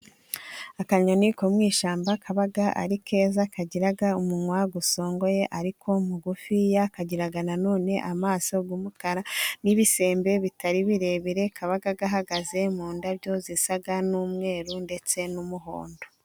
Akanyoni ko mu ishyamba kaba ari keza kagira umunwa usongoye ariko mugufi, kagiraga nanone amaso y'umukara n'ibisembe bitari birebire kaba gahagaze mu ndabyo zisa n'umweru ndetse n'umuhondo.